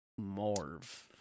Morv